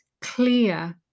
clear